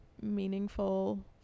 meaningful